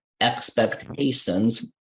Expectations